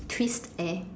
twist air